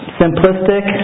simplistic